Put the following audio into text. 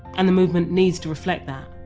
and the movement needs to reflect that